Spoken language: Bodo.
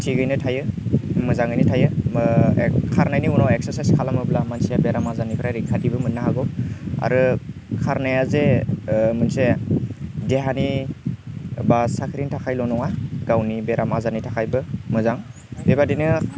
थिगैनो थायो मोजाङैनो थायो खारनायनि उनाव एक्सारसाइस खालामोब्ला मानसिया बेराम आजारनिफ्राय रैखाथिबो मोननो हागौ आरो खारनाया जे मोनसे देहानि बा साख्रिनि थाखायल' नङा गावनि बेराम आजारनि थाखायबो मोजां बेबादिनो